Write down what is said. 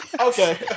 Okay